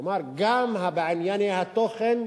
כלומר, גם בענייני התוכן,